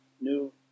new